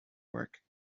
work